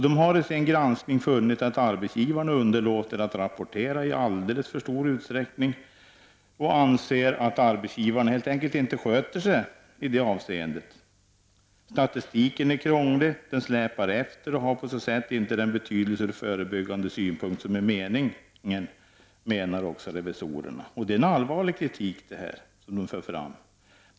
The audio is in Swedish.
De har i sin granskning funnit att arbetsgivarna underlåter att rapportera i alldeles för stor utsträckning och anser att arbetsgivarna helt enkelt inte sköter sig i det avseendet. Statistiken är krånglig. Den släpar efter och har på så sätt inte den betydelse ur förebyggande synpunkt som är meningen, menar också revisorerna. Det är en allvarlig kritik som man för fram.